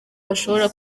bashobora